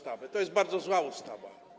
To jest bardzo zła ustawa.